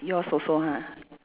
yours also ha